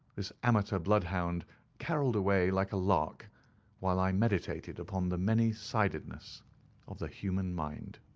this amateur bloodhound carolled away like a lark while i meditated upon the many-sidedness of the human mind.